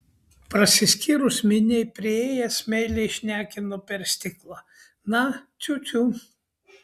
prasiskyrus miniai priėjęs meiliai šnekino per stiklą na ciu ciu